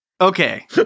Okay